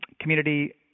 community